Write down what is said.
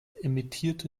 emittierte